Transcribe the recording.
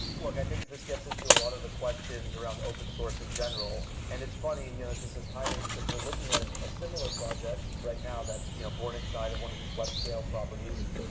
look. i think this gets into a lot of the questions around open source in general. and it's funny, yeah this is timely, because we're looking at a similar project right now that's you know born inside of one of these web scale properties,